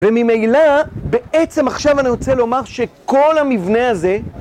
וממילא, בעצם עכשיו אני רוצה לומר שכל המבנה הזה...